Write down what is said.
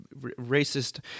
racist